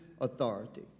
authority